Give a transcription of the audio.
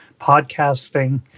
Podcasting